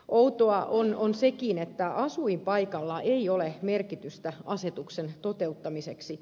outoa on sekin että asuinpaikalla ei ole merkitystä asetuksen toteuttamisessa